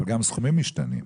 אבל גם סכומים משתנים.